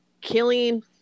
killing